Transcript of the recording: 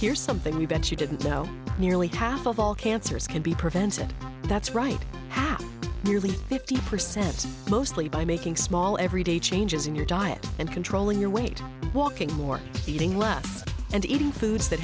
here something we bet you didn't know nearly half of all cancers can be prevented that's right half nearly fifty percent mostly by making small everyday changes in your diet and controlling your weight walking more eating less and eating foods that